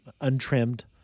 untrimmed